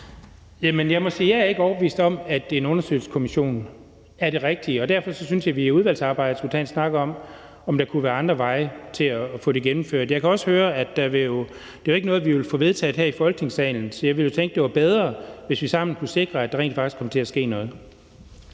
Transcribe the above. jeg ikke er overbevist om, at en undersøgelseskommission er det rigtige, og derfor synes jeg, at vi i udvalgsarbejdet skulle tage en snak om, om der kunne være andre veje til at få det gennemført. Jeg kan også høre, at det jo ikke er noget, vi vil få vedtaget her i Folketingssalen, så jeg tænkte, at det var bedre, hvis vi sammen kunne sikre, at der rent faktisk kom til at ske noget.